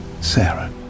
Sarah